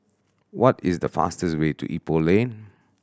what is the fastest way to Ipoh Lane